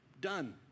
Done